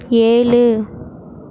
ஏழு